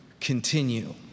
continue